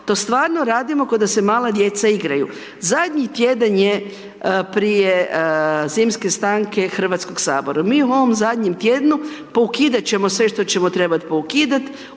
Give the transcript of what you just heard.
to stvarno radimo kao da se mala djeca igraju. Zadnji tjedan je prije zimske stanke Hrvatskog sabora. Mi u ovom zadnjem tjednu, poukidat ćemo sve što ćemo trebati poukidat,